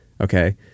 okay